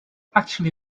actually